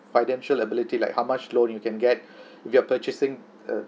financial ability like how much loan you can get if your purchasing uh